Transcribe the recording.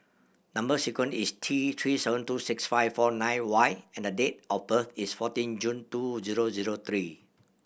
number sequence is T Three seven two six five four nine Y and the date of birth is fourteen June two zero zero three